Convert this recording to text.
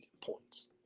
points